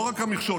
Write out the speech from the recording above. ולא רק המכשול,